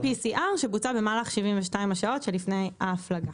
PCR שבוצע במהלך 72 שעות שלפני ההפלגה,